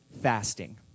fasting